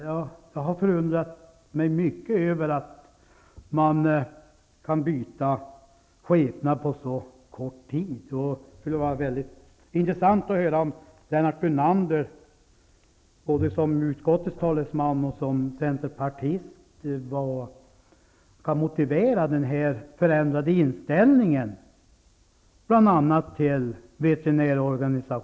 Jag har förundrat mig mycket över att centern kan byta skepnad på så kort tid. Det skulle vara mycket intressant att höra om Lennart Brunander -- både som utskottets talesman och som centerpartist -- kan motivera den förändrade inställningen, bl.a.